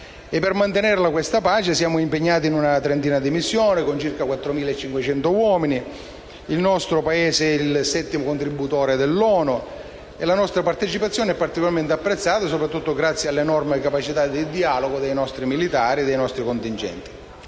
per mantenere questa pace siamo impegnati in una trentina di missioni con circa 4.500 uomini. Il nostro Paese è il settimo contributore al bilancio ONU e la nostra partecipazione è particolarmente apprezzata soprattutto grazie all'enorme capacità di dialogo dei nostri contingenti.